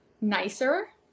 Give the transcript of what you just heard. nicer